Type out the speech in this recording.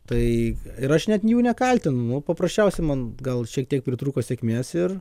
tai ir aš net jų nekaltinu paprasčiausiai man gal šiek tiek pritrūko sėkmės ir